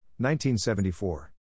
1974